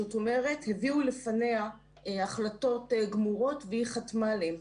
זאת אומרת הביאו לפניה החלטות גמורות והיא חתמה עליהן.